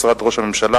משרד ראש הממשלה,